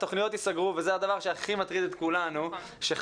התוכניות ייסגרו וזה הדבר שהכי מטריד את כולנו כי אנחנו